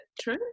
true